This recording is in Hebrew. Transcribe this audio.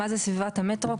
מה זה סביבת המטרו?